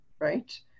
right